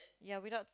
ya without